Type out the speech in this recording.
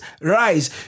rise